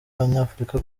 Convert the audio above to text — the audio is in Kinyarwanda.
abanyafurika